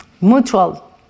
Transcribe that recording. mutual